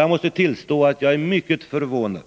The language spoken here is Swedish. Jag måste tillstå att jag är mycket förvånad